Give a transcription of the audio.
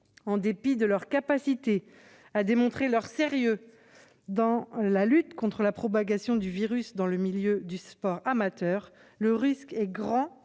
et de leur capacité à démontrer leur sérieux dans la lutte contre la propagation du virus dans le milieu du sport amateur, le risque est grand